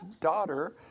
daughter